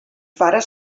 pares